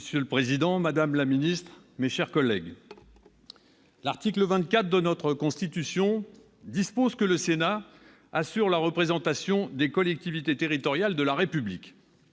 Monsieur le président, madame la ministre, mes chers collègues, l'article 24 de notre Constitution dispose que le Sénat « assure la représentation des collectivités territoriales de la République